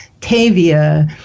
Tavia